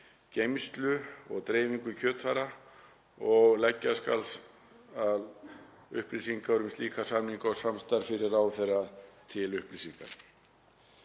geymslu og dreifingu kjötvara. Leggja skal upplýsingar um slíka samninga og samstarf fyrir ráðherra til upplýsingar.“